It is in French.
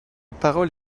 parole